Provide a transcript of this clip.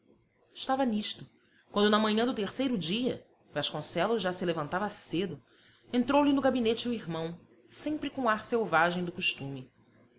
estava nisto quando na manhã do terceiro dia vasconcelos já se levantava cedo entrou-lhe no gabinete o irmão sempre com ar selvagem do costume